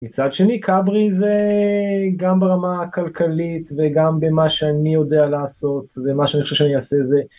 מצד שני קברי זה גם ברמה הכלכלית וגם במה שאני יודע לעשות ומה שאני חושב שאני אעשה זה...